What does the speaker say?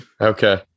Okay